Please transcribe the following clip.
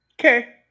Okay